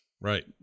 right